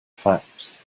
facts